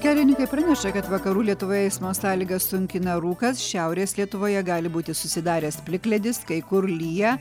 kelininkai praneša kad vakarų lietuvoje eismo sąlygas sunkina rūkas šiaurės lietuvoje gali būti susidaręs plikledis kai kur lyja